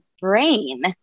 brain